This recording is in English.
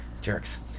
Jerks